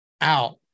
out